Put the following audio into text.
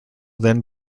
then